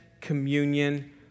communion